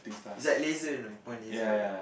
is like laser you know you point laser